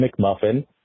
McMuffin